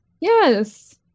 Yes